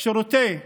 שירותי חינוך,